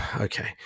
Okay